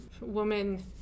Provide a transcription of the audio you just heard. woman